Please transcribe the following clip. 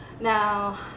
Now